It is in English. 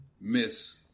miss